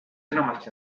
enamasti